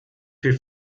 viel